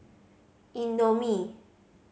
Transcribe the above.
indomie